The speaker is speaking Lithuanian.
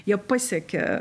jie pasiekia